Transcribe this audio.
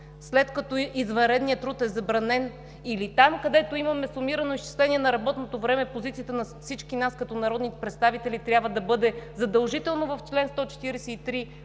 след като извънредният труд е забранен или там, където имаме сумирано изчисление на работното време? Позицията на всички нас, като народни представители – трябва да бъде задължително в чл. 143,